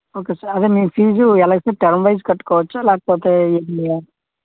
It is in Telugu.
ఓకే సార్ అదే మీ ఫీజ్ ఎలా సార్ టర్మ్ వైస్ కట్టుకోవచ్చా లేకపోతే ఇయర్లీయా